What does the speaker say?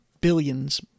Billions